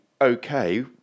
okay